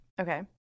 okay